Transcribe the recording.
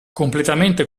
completamente